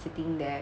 sitting there